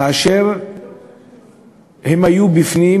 כאשר הם היו בפנים,